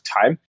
time